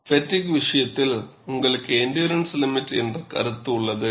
ஃப்பெட்டிக் விஷயத்தில் உங்களுக்கு endurance limit என்ற கருத்து உள்ளது